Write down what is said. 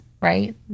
right